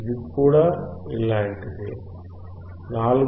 ఇది కూడా ఇలాంటిదే 4